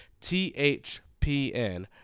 THPN